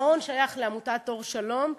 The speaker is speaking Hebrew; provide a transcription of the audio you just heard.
המעון שייך לעמותת "אור שלום",